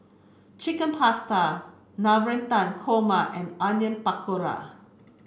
Chicken Pasta Navratan Korma and Onion Pakora